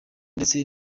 ndetse